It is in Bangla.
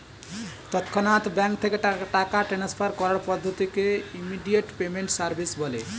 তৎক্ষণাৎ ব্যাঙ্ক থেকে টাকা ট্রান্সফার করার পদ্ধতিকে ইমিডিয়েট পেমেন্ট সার্ভিস বলে